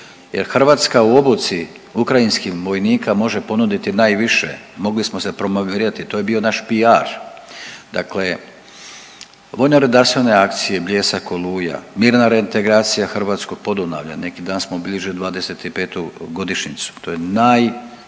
jer Hrvatska u obuci ukrajinskih vojnika može ponuditi najviše, mogli smo se promovirati, to je bio naš piar. Dakle vojnoredarstvene akcije Bljesak, Oluja, Mirna reintegracija hrvatskog Podunavlja, neki dan smo obilježili 25. godišnjicu, to je naj, znači